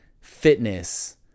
fitness